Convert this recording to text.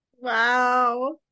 wow